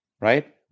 right